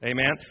Amen